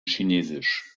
chinesisch